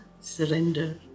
surrender